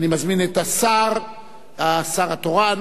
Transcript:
אני קובע שהצעת חוק שירותי רווחה (מענק